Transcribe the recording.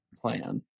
plan